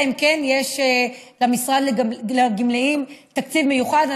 אלא אם כן יש למשרד הגמלאים תקציב מיוחד.